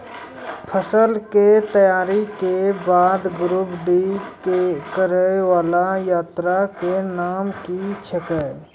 फसल के तैयारी के बाद ग्रेडिंग करै वाला यंत्र के नाम की छेकै?